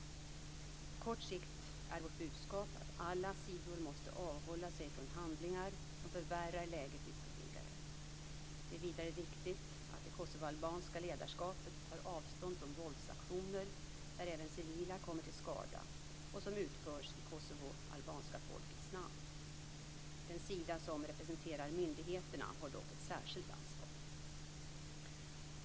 På kort sikt är vårt budskap att alla sidor måste avhålla sig från handlingar som förvärrar läget ytterligare. Det är vidare viktigt att det kosovoalbanska ledarskapet tar avstånd från våldsaktioner där även civila kommer till skada och som utförs i det kosovoalbanska folkets namn. Den sida som representerar myndigheterna har dock ett särskilt ansvar.